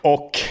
Och